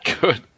Good